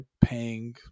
paying